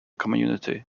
community